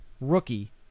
rookie